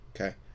okay